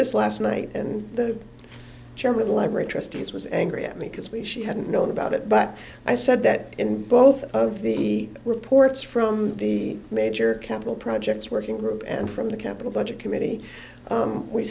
this last night and the chair with elaborate trustees was angry at me because we she hadn't known about it but i said that in both of the reports from the major capital projects working group and from the capital budget committee